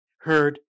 heard